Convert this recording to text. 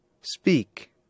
speak